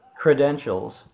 credentials